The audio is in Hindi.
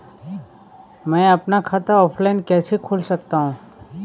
मैं अपना खाता ऑफलाइन कैसे खोल सकता हूँ?